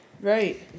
Right